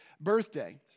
birthday